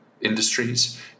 industries